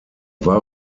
war